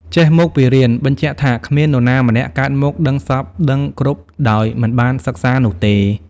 «ចេះមកពីរៀន» បញ្ជាក់ថាគ្មាននរណាម្នាក់កើតមកដឹងសព្វដឹងគ្រប់ដោយមិនបានសិក្សានោះទេ។